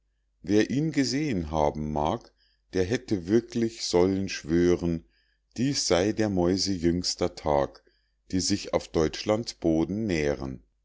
wer ihn gesehen haben mag der hätte wirklich sollen schwören dies sey der mäuse jüngster tag die sich auf deutschlands boden nähren